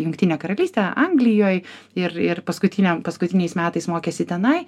jungtinę karalystę anglijoj ir ir paskutiniam paskutiniais metais mokėsi tenai